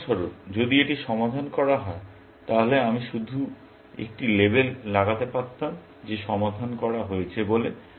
উদাহরণস্বরূপ যদি এটি সমাধান করা হয় তাহলে আমি শুধু একটি লেবেল লাগাতে পারতাম যে সমাধান করা হয়েছে বলে